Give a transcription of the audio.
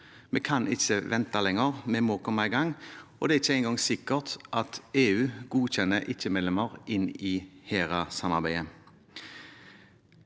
Vi kan ikke vente lenger, vi må komme i gang. Det er ikke engang sikkert at EU vil godkjenne at ikke-medlemmer blir med i HERA-samarbeidet.